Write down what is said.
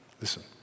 Listen